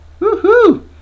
Woohoo